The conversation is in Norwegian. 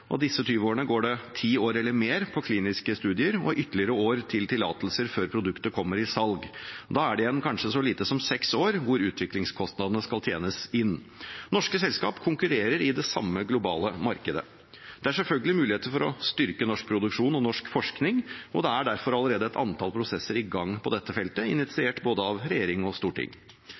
og av disse tjue årene går det ti år eller mer til kliniske studier og ytterligere år til tillatelser før produktet kommer i salg. Da er det igjen kanskje så lite som seks år til å tjene inn utviklingskostnadene. Norske selskap konkurrerer i det samme globale markedet. Det er selvfølgelig muligheter for å styrke norsk produksjon og norsk forskning, og det er derfor allerede et antall prosesser i gang på dette feltet, initiert av både regjering og storting.